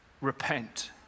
Repent